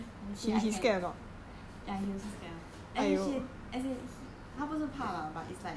ya he also scared [one] eh as in as in 他不是怕 lah but it's like he will prevent lah